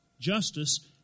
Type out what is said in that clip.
Justice